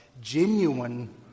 genuine